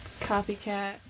copycat